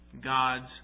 God's